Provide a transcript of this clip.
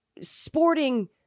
sporting